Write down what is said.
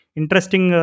interesting